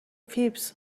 فیبز